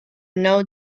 now